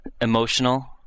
emotional